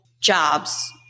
jobs